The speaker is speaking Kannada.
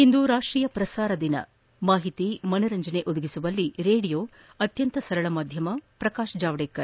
ಇಂದು ರಾಷ್ಟೀಯ ಪ್ರಸಾರ ದಿನ ಮಾಹಿತಿ ಮನರಂಜನೆ ಒದಗಿಸುವಲ್ಲಿ ರೇಡಿಯೋ ಅತ್ಯಂತ ಸರಳ ಮಾಧ್ಚಮ ಪ್ರಕಾಶ್ ಜಾವಡೇಕರ್